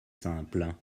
simple